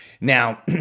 Now